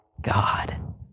God